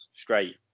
straight